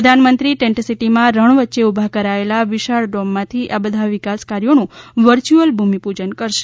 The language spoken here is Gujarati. પ્રધાનમંત્રી ટેન્ટસિટીમાં રણ વચ્ચે ઉભા કરાયેલા વિશાળ ડોમમાંથી આ બધા વિકાસ કાર્યોનું વર્ચ્યુઅલ ભૂમિપૂજન કરશે